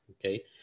okay